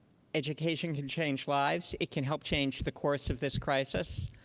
education can change lives. it can help change the course of this crisis.